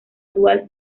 dual